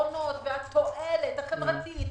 ועקרונות והתועלת החברתית,